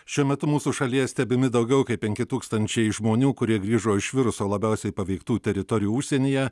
šiuo metu mūsų šalyje stebimi daugiau kaip penki tūkstančiai žmonių kurie grįžo iš viruso labiausiai paveiktų teritorijų užsienyje